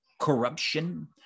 corruption